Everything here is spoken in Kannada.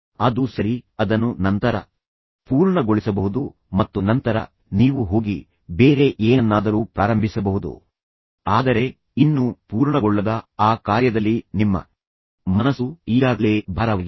ಅದು ಸರಿ ಅದನ್ನು ನಂತರ ಪೂರ್ಣಗೊಳಿಸಬಹುದು ಮತ್ತು ನಂತರ ನೀವು ಹೋಗಿ ಬೇರೆ ಏನನ್ನಾದರೂ ಪ್ರಾರಂಭಿಸಬಹುದು ಆದರೆ ಇನ್ನೂ ಪೂರ್ಣಗೊಳ್ಳದ ಆ ಕಾರ್ಯದಲ್ಲಿ ನಿಮ್ಮ ಮನಸ್ಸು ಈಗಾಗಲೇ ಭಾರವಾಗಿದೆ